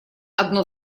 одно